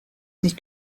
nicht